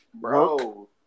bro